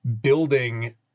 building